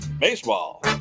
baseball